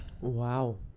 Wow